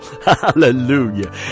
Hallelujah